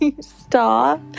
Stop